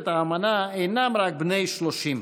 210,